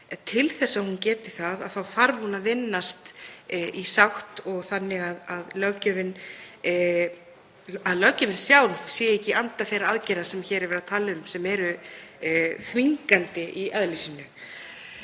Til þess að hún geti það þarf hún að vinnast í sátt og þannig að löggjöfin sjálf sé ekki í anda þeirra aðgerða sem hér er verið að tala um sem eru þvingandi í eðli sínu.